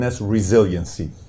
resiliency